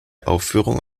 aufführung